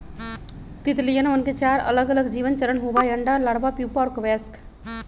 तितलियवन के चार अलगअलग जीवन चरण होबा हई अंडा, लार्वा, प्यूपा और वयस्क